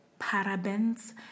Parabens